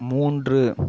மூன்று